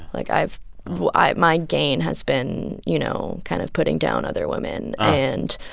like, i've i've my gain has been, you know, kind of putting down other women and,